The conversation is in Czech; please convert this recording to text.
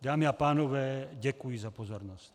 Dámy a pánové, děkuji za pozornost.